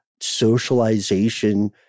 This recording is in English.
socialization